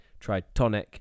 Tritonic